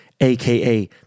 aka